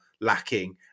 lacking